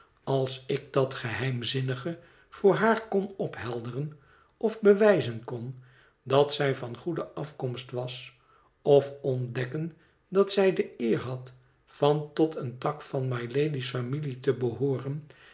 als ik dat geheimzinnige voor haar kon ophelderen öf bewijzen kön dat zij van goede afkomst was of ontdekken dat zij de eer had van tot een tak van mylady's familie te behoören